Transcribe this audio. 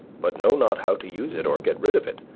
but know not how to use it, or get rid of it,